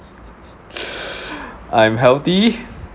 I'm healthy